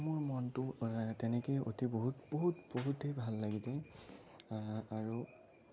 মোৰ মনটো তেনেকেই অতি বহুত বহুত বহুতেই ভাল লাগি যায় আৰু